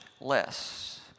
less